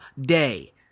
day